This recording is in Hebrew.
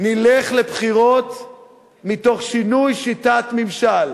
נלך לבחירות מתוך שינוי שיטת הממשל.